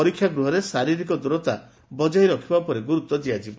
ପରୀକ୍ଷା ଗୃହରେ ଶାରିରୀକ ଦୂରତା ବଜାୟ ରଖିବା ଉପରେ ଗୁରୁତ୍ ଦିଆଯିବ